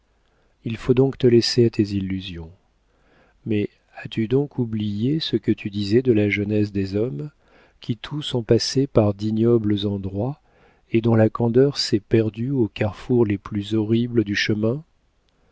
il faut donc te laisser à tes illusions mais as-tu donc oublié ce que tu disais de la jeunesse des hommes qui tous ont passé par d'ignobles endroits et dont la candeur s'est perdue aux carrefours les plus horribles du chemin